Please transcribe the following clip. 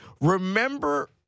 remember